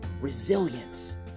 resilience